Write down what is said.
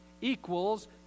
equals